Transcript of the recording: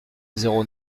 zéro